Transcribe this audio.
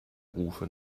rufe